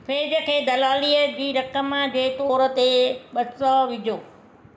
फैज खे दलालीअ जी रक़म जे तोर ते ॿ सौ विझो